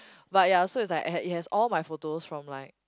but ya so it's like it had it has all my photos from like